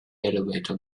elevator